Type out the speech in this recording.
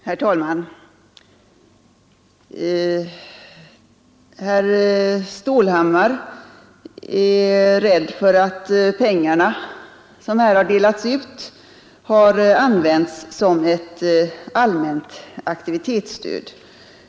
Herr talman! Herr Stålhammar är rädd för att pengarna som här har delats ut har använts som ett allmänt aktivitetsstöd.